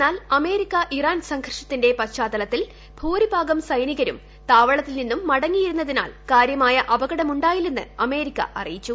എന്നാൽ America Iran സംഘർഷത്തിന്റെ പശ്ചാത്തലത്തിൽ ഭൂരിഭാഗം സൈനികരും താവളത്തിൽ നിന്നും മടങ്ങിയിരുന്നതിനാൽ കാര്യമായ അപകടമുായില്ലെന്ന് അമേരിക്ക അറിയിച്ചു